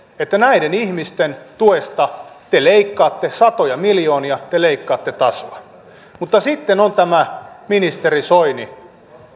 että näiden ihmisten tuesta te leikkaatte satoja miljoonia te leikkaatte tasoa mutta sitten on tämä ministeri soini